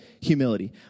humility